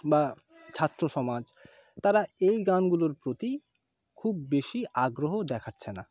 বা ছাত্র সমাজ তারা এই গানগুলোর প্রতি খুব বেশি আগ্রহ দেখাচ্ছে না